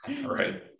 right